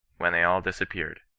when they all disappeared.